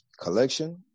Collection